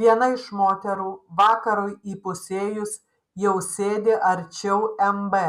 viena iš moterų vakarui įpusėjus jau sėdi arčiau mb